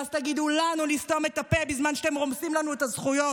ואז תגידו לנו לסתום את הפה בזמן שאתם רומסים לנו את הזכויות,